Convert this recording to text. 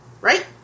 right